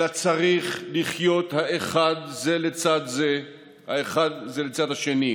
אלא צריך לחיות זה לצד זה, האחד לצד האחר.